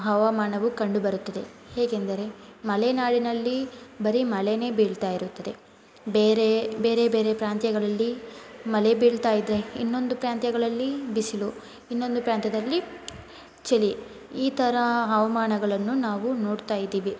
ಹವಾಮಾನವು ಕಂಡು ಬರುತ್ತದೆ ಹೇಗೆಂದರೆ ಮಲೆನಾಡಿನಲ್ಲಿ ಬರೀ ಮಳೆನೇ ಬೀಳ್ತಾ ಇರುತ್ತದೆ ಬೇರೆ ಬೇರೆ ಬೇರೆ ಪ್ರಾಂತ್ಯಗಳಲ್ಲಿ ಮಳೆ ಬೀಳ್ತಾ ಇದೆ ಇನ್ನೊಂದು ಪ್ರಾಂತ್ಯಗಳಲ್ಲಿ ಬಿಸಿಲು ಇನ್ನೊಂದು ಪ್ರಾಂತ್ಯದಲ್ಲಿ ಚಳಿ ಈ ಥರ ಹವಾಮಾನಗಳನ್ನು ನಾವು ನೋಡ್ತಾ ಇದ್ದೀವಿ